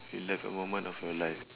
relive a moment of your life